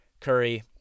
Curry